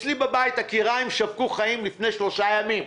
אצלי בבית הכיריים שווקו חיים לפני שלושה ימים.